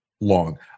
long